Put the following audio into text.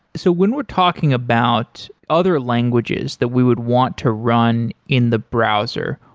so when we're talking about other languages that we would want to run in the browser,